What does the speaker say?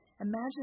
Imagine